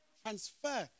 transfer